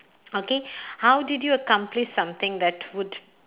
okay how did you accomplished something that would